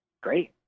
great